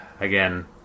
again